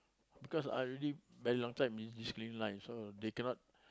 because I really very long time in this green line so they cannot